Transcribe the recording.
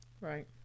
right